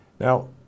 now